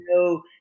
no